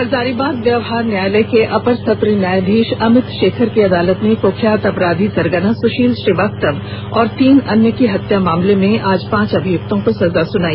हजारीबाग व्यवहार न्यायालय के अपर सत्र न्यायाधीश अमित शेखर की अदालत ने कुख्यात अपराधी सरगना सुशील श्रीवास्तव और तीन अन्य की हत्या के मामले में आज पांच अभियुक्तों को सजा सुनाई